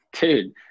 Dude